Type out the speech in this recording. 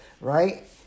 right